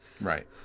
Right